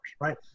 right